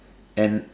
and